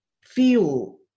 feel